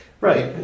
Right